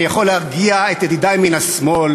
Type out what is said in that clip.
אני יכול להרגיע את ידידי מן השמאל: